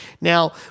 Now